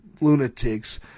lunatics